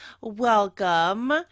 welcome